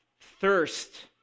thirst